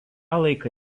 laiką